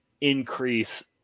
increase